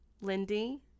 Lindy